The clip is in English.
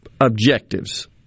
objectives